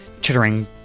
chittering